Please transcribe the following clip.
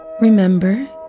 Remember